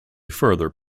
further